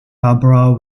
barbara